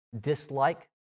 dislike